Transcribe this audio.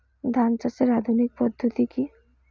ধান চাষের আধুনিক পদ্ধতি কি?